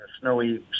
snowy